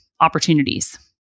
opportunities